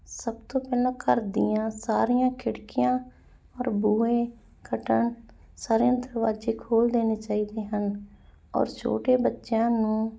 ਸਭ ਤੋਂ ਪਹਿਲਾਂ ਘਰ ਦੀਆਂ ਸਾਰੀਆਂ ਖਿੜਕੀਆਂ ਔਰ ਬੂਹੇ ਖਟਣ ਸਾਰਿਆਂ ਨੂੰ ਦਰਵਾਜੇ ਖੋਲ੍ਹ ਦੇਣੇ ਚਾਹੀਦੇ ਹਨ ਔਰ ਛੋਟੇ ਬੱਚਿਆਂ ਨੂੰ